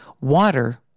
water